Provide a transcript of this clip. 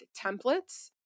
templates